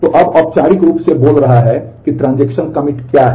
तो अब औपचारिक रूप से बोल रहा है कि ट्रांजेक्शन कमिट क्या है